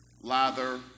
lather